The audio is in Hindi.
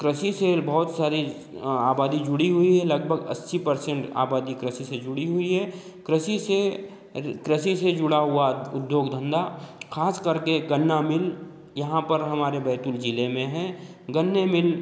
कृषि से बहुत सारी आबादी जुड़ी हुई है लगभग अस्सी परसेंट आबादी कृषि से जुड़ी हुई है कृषि से कृषि से जुड़ा हुआ उद्योग धंधा खास करके गन्ना मिल यहाँ पर हमारे बैतुल ज़िले में है गन्ने में भी